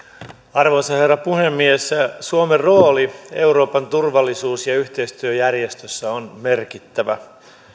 arvoisa herra puhemies suomen rooli euroopan turvallisuus ja yhteistyöjärjestössä on merkittävä